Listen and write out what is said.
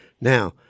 now